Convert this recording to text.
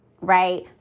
right